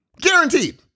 Guaranteed